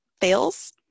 fails